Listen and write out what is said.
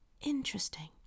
interesting